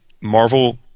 Marvel